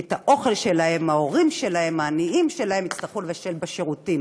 כי את האוכל שלהם ההורים העניים שלהם יצטרכו לבשל בשירותים.